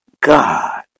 God